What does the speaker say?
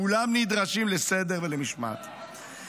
כולם נדרשים לסדר ולמשמעת.